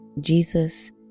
Jesus